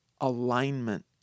alignment